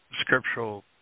scriptural